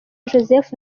joseph